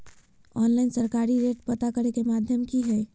Online सरकारी rate पता करे के माध्यम की हय?